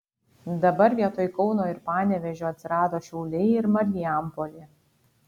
dabar vietoj kauno ir panevėžio atsirado šiauliai ir marijampolė